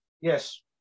Yes